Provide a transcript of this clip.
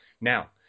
Now